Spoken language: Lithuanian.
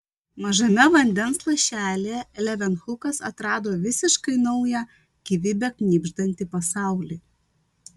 mažame vandens lašelyje levenhukas atrado visiškai naują gyvybe knibždantį pasaulį